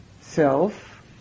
self